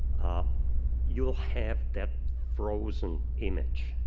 ah you'll have that frozen image.